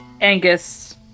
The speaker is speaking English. Angus